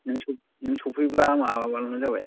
नों सफै नों सफैब्ला माबा बानो जाबाय